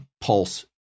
pulse